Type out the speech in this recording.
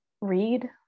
read